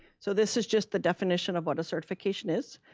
so this is just the definition of what a certification is.